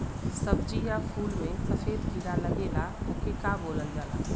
सब्ज़ी या फुल में सफेद कीड़ा लगेला ओके का बोलल जाला?